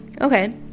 Okay